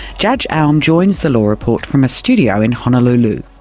judge alm joins the law report from a studio in honolulu.